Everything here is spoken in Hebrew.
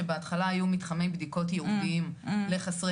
שבהתחלה היו מתחמי בדיקות ייעודיים לחסרי